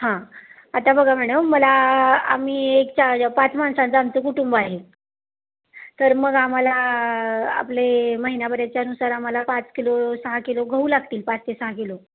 हां आता बघा मॅडम मला आम्ही एक चार पाच माणसांचं आमचं कुटुंब आहे तर मग आम्हाला आपले महिन्याभरानुसार आम्हाला पाच किलो सहा किलो गहू लागतील पाच ते सहा किलो